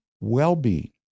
well-being